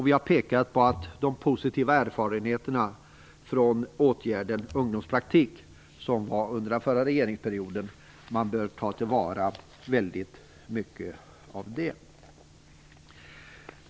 Vi har pekat på att man bör ta till vara väldigt mycket av de positiva erfarenheterna från ungdomspraktiken under den förra regeringsperioden.